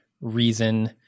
reason